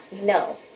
no